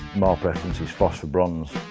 my preference is phospher bronze,